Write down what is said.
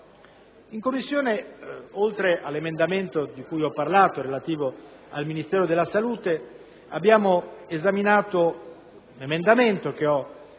In Commissione, oltre all'emendamento di cui ho parlato relativo al Ministero della salute, abbiamo esaminato un emendamento da me presentato